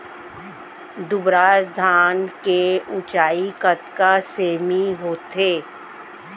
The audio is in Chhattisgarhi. दुबराज धान के ऊँचाई कतका सेमी होथे?